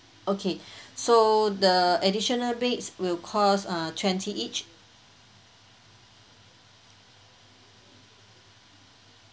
okay so the additional beds will cost uh twenty each